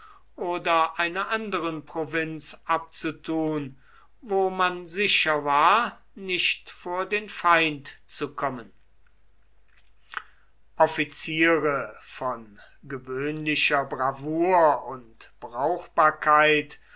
oder einer anderen provinz abzutun wo man sicher war nicht vor den feind zu kommen offiziere von gewöhnlicher bravour und brauchbarkeit